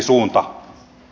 näin